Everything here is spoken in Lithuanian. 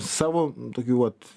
savo tokių vat